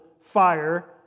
fire